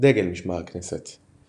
דגל משמר הכנסת